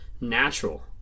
natural